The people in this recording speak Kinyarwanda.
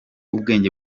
ubwenge